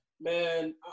man